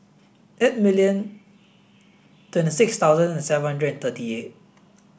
eight million twenty six thousand and seven hundred and thirty eight